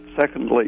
secondly